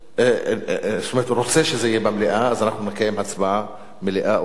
רוצה שזה יהיה במליאה אז אנחנו נקיים הצבעה על מליאה או הסרה.